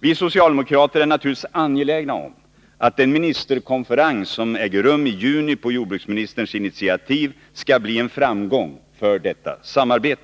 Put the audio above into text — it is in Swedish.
Vi socialdemokrater är naturligtvis angelägna om att den ministerkonferens som äger rum i juni på jordbruksministerns initiativ skall bli en framgång för detta samarbete.